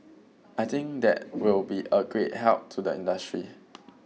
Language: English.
I think that will be a great help to the industry